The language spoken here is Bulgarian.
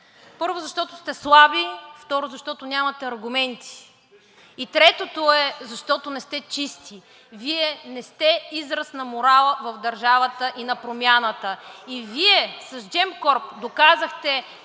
Първо, защото сте слаби, второ, защото нямате аргументи, и третото е, защото не сте чисти. Вие не сте израз на морала в държавата и на Промяната…, НАСТИМИР АНАНИЕВ